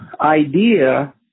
idea